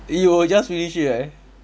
you will just finish it right